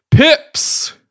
pips